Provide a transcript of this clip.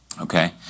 Okay